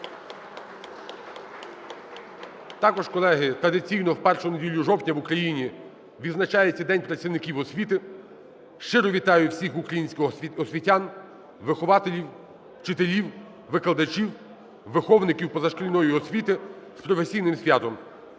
Також, колеги, традиційно в першу неділю жовтня в Україні відзначається День працівників освіти. Щиро вітаю всіх українських освітян, вихователів, вчителів, викладачів, виховників позашкільної освіти з професійним святом.